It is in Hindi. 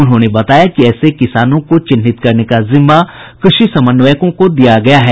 उन्होंने बताया कि ऐसे किसानों को चिन्हित करने का जिम्मा कृषि समन्वयकों को दिया गया है